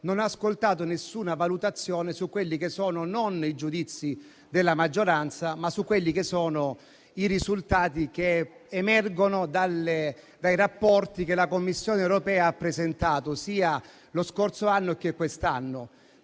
non ho ascoltato nessuna valutazione su quelli che sono non i giudizi della maggioranza, ma i risultati che emergono dai rapporti che la Commissione europea ha presentato, sia lo scorso anno che quest'anno.